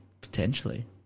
potentially